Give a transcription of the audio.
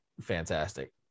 fantastic